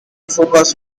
focus